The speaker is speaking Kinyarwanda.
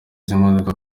z’imodoka